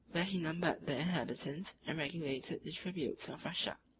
where he numbered the inhabitants and regulated the tributes of russia.